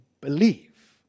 believe